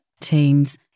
teams